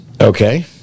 Okay